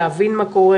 להבין מה קורה,